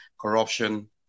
corruption